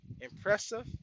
Impressive